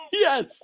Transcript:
Yes